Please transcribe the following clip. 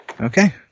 Okay